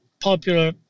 popular